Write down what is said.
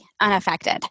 unaffected